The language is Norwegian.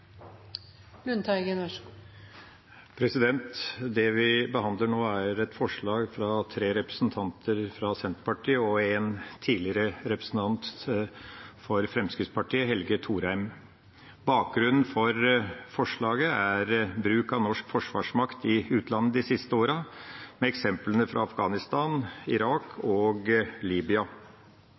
og en tidligere representant for Fremskrittspartiet, Helge Thorheim. Bakgrunnen for forslaget er bruk av norsk forsvarsmakt i utlandet de siste årene, med eksemplene fra Afghanistan, Irak og Libya.